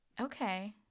Okay